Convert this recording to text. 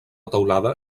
teulada